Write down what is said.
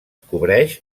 cobreix